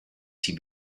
see